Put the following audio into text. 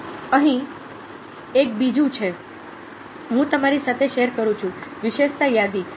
અહીં એક બીજું છે હું તમારી સાથે શેર કરું છું વિશેષતા યાદી